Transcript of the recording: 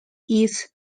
its